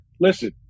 listen